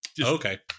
Okay